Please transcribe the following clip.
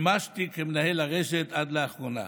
שימשתי כמנהל הרשת, עד לאחרונה.